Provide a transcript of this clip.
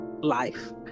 life